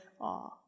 awe